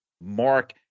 mark